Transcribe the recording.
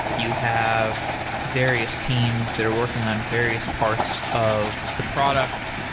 you have various teams that are working on various parts of the product,